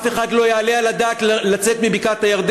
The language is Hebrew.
אף אחד לא יעלה על הדעת לצאת מבקעת-הירדן.